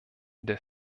der